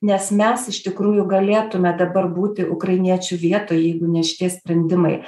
nes mes iš tikrųjų galėtume dabar būti ukrainiečių vietoj jeigu ne šitie sprendimai